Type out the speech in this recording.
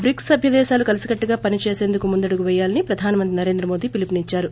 bricks సభ్య దేశాలు కలిసికట్టుగా పని చేసందుకు ముందడుగు వెయ్యాలని ప్రధానమంత్రి నరేంద్రమోదీ పిలుపునిద్చారు